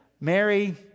Mary